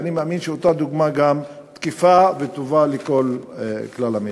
אני מאמין שאותה דוגמה גם תקפה וטובה לכלל המשק.